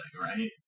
right